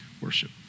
Worship